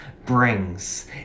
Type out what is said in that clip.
brings